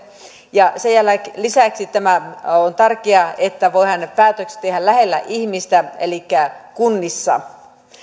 lisäksi tämä on tärkeää että päätökset voidaan tehdä lähellä ihmistä elikkä kunnissa